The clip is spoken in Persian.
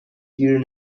گیر